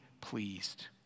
pleased